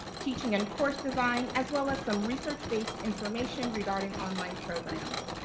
teaching and course design, as well as some research-based information regarding online programs.